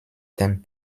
dem